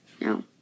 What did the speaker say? No